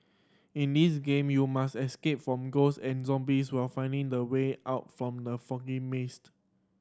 in this game you must escape from ghost and zombies while finding the way out from the foggy mazed